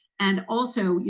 and also,